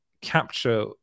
capture